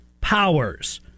powers